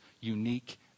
unique